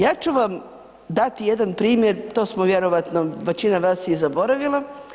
Ja ću vam dati jedan primjer, to smo vjerojatno, većina vas je i zaboravila.